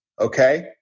Okay